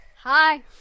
hi